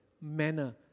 manner